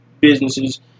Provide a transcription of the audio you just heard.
businesses